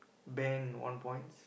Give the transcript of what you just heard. Ben one points